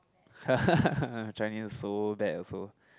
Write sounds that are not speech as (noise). (laughs) Chinese so bad also